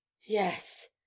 Yes